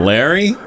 Larry